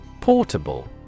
Portable